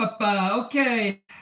okay